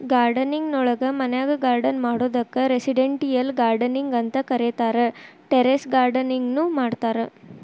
gardening ನೊಳಗ ಮನ್ಯಾಗ್ garden ಮಾಡೋದಕ್ಕ್ ರೆಸಿಡೆಂಟಿಯಲ್ ಗಾರ್ಡನಿಂಗ್ ಅಂತ ಕರೇತಾರ, ಟೆರೇಸ್ ಗಾರ್ಡನಿಂಗ್ ನು ಮಾಡ್ತಾರ